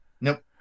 Nope